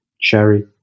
cherry